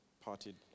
parted